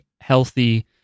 healthy